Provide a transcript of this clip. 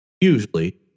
usually